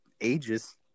ages